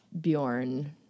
Bjorn